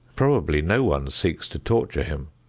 probably no one seeks to torture him,